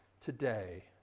today